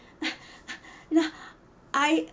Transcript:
no I